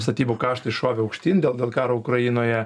statybų kaštai šovė aukštyn dėl dėl karo ukrainoje